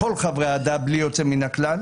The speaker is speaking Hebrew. כל חברי הוועדה בלי יוצא מהכלל.